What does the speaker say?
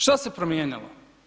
Šta se promijenilo?